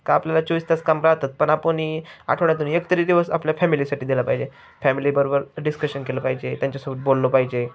का आपल्याला चोवीस तास काम राहतात पण आपण आठवड्यातुनी एकतरी दिवस आपल्या फॅमिलीसाठी दिलं पाहिजे फॅमिली बरोबर डिस्कशन केलं पाहिजे त्यांच्यासोबत बोललं पाहिजे